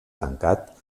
tancat